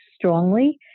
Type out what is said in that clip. strongly